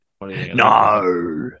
no